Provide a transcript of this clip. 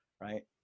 right